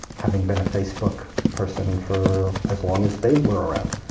having been a facebook person for as long as they were around.